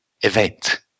event